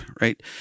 right